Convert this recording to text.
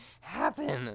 happen